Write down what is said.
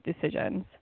decisions